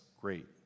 Great